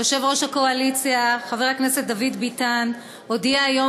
יושב-ראש הקואליציה חבר הכנסת דוד ביטן הודיע היום